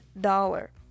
dollar